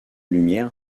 lumière